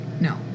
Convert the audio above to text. no